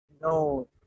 No